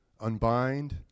unbind